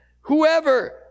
Whoever